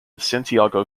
santiago